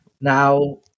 Now